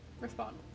Respond